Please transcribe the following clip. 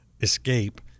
escape